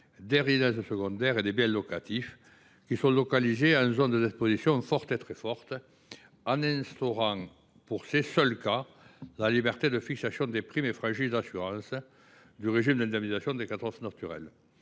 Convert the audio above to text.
les résidences secondaires et les biens locatifs localisés en zone d’exposition forte et très forte, en instaurant pour ces seuls cas la liberté de fixation des primes et franchises d’assurance du régime d’indemnisation des catastrophes